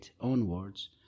onwards